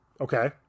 Okay